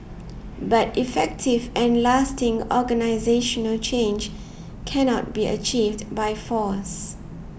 but effective and lasting organisational change cannot be achieved by force